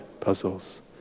puzzles